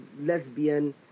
lesbian